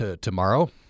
tomorrow